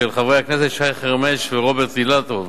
של חברי הכנסת שי חרמש ורוברט אילטוב,